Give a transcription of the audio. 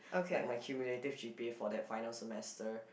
like my cumulative g_p_a for that final semester